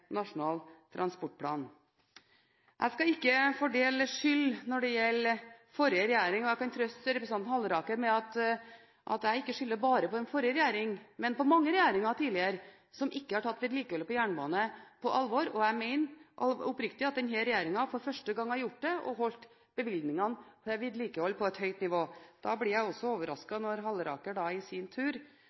Nasjonal transportplan. Jeg skal ikke fordele skyld når det gjelder forrige regjering, og jeg kan trøste representanten Halleraker med at jeg ikke bare skylder på den forrige regjeringen, men på mange regjeringer tidligere, som ikke har tatt vedlikeholdet på jernbane på alvor. Jeg mener oppriktig at denne regjeringen for første gang har gjort det, og holdt bevilgningene til vedlikehold på et høyt nivå. Da blir jeg også overrasket når Halleraker i sin tur